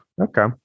Okay